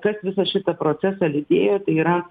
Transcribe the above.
kas visą šitą procesą lydėjo tai yra